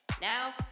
Now